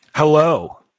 Hello